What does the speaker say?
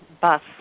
bus